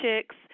Chicks